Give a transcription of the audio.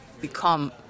become